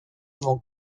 vont